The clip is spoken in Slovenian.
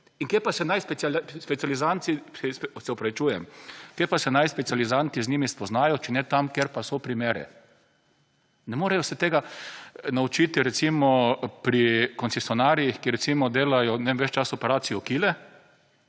in kje pa se naj specializanti z njimi spoznajo, če ne tam, kjer pa so primeri? Ne morejo se tega naučiti, recimo, pri koncesionarjih, ki recimo delajo, ne vem, ves čas operacijo kile,